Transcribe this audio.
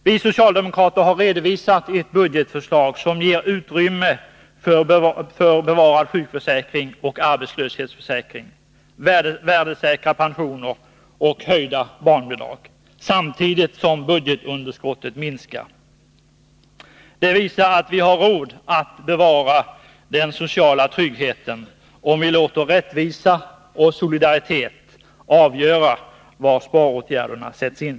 Vi socialdemokrater har redovisat ett budgetförslag, som ger utrymme för bevarad sjukförsäkring och arbetslöshetsförsäkring, värdesäkra pensioner och höjda barnbidrag, samtidigt som budgetunderskottet minskar. Det visar att vi har råd att bevara den sociala tryggheten, om vi låter rättvisa och solidaritet avgöra var sparåtgärderna sätts in.